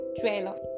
trailer